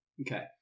okay